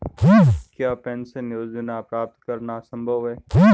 क्या पेंशन योजना प्राप्त करना संभव है?